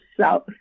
south